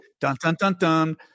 Dun-dun-dun-dun